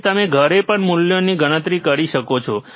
તેથી તમે ઘરે પણ મૂલ્યોની ગણતરી કરી શકો છો